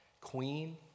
Queen